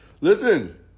Listen